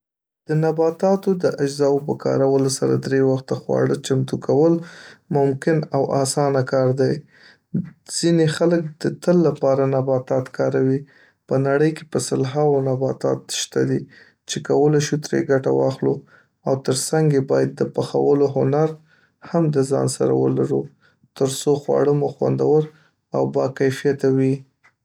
د نباتاتو د اجزاو په کارولو سره درې وخته خواړه چمتو کول ممکن او اسانه کار دی. ځیني خلک د تل لپاره نباتات کاروي. په نړۍ کې په سلهاوو نباتات شته دي چې کولای شو ترې ګټه واخلو او ترڅنګ یې باید د پخولو هنر هم د ځان سره ولر ترڅوخواړه مو خوندو او با کیفیته وي.